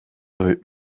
rue